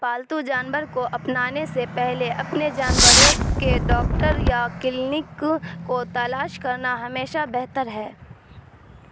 پالتو جانور کو اپنانے سے پہلے اپنے جانوروں کے ڈاکٹر یا کلنک کو تلاش کرنا ہمیشہ بہتر ہے